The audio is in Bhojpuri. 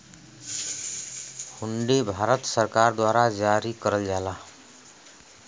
हुंडी भारत सरकार द्वारा जारी करल जाला